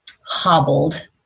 hobbled